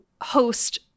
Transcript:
host